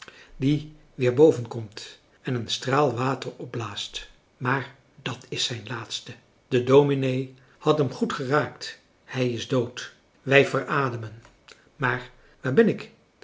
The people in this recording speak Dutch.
die weer boven komt en een straal water opblaast maar dat is zijn laatste de dominee had hem goed geraakt hij is dood wij verademen maar waar ben ik